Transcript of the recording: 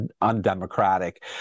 undemocratic